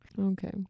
Okay